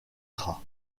gras